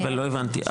לא הבנתי,